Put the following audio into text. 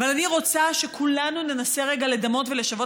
אבל אני רוצה שכולנו ננסה רגע לדמות ולשוות